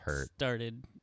started